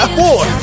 four